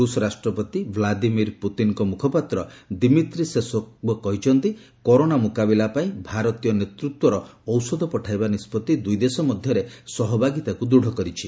ରୁଷ୍ ରାଷ୍ଟ୍ରପତି ଭ୍ଲାଦିମିର୍ ପୁତିନ୍ଙ୍କ ମୁଖପାତ୍ର ଦିମିତ୍ରୀ ସେସ୍କୋଭ୍ କହିଛନ୍ତି କରୋନା ମୁକାବିଲାପାଇଁ ଭାରତୀୟ ନେତୃତ୍ୱର ଔଷଧ ପଠାଇବା ନିଷ୍ପଭି ଦୁଇ ଦେଶ ମଧ୍ୟରେ ସହଭାଗୀତାକୁ ଦୃଢ଼ କରିଛି